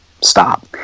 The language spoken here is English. stop